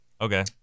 okay